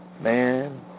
Man